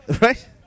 Right